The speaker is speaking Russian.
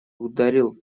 ударил